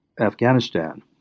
Afghanistan